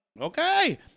Okay